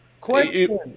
Question